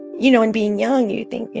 you know, and being young, you think, you